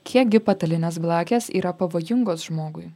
kiek gi patalinės blakės yra pavojingos žmogui